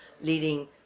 leading